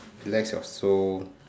relax your soul